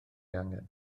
angen